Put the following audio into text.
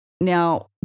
Now